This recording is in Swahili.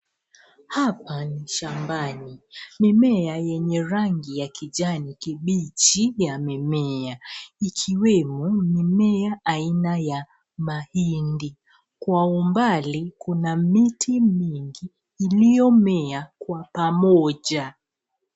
Hapa ni shambani. Mimea yenye rangi ya kijani kibichi yamemea, ikiwemo mimea aina ya mahindi. Kwa umbali kuna miti mingi iliyomea kwa pamoja.